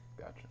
Gotcha